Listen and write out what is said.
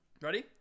Ready